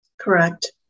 Correct